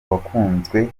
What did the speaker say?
wakunzwe